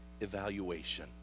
evaluation